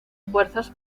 fuerzas